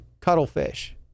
cuttlefish